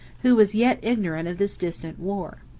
who was yet ignorant of this distant war.